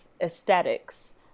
aesthetics